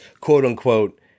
quote-unquote